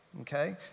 Okay